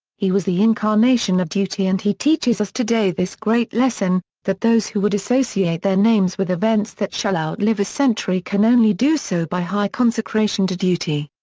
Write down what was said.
he was the incarnation of duty and he teaches us today this great lesson that those who would associate their names with events that shall outlive a century can only do so by high consecration to duty.